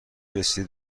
رسیده